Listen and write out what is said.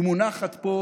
היא מונחת פה